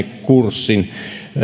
kurssin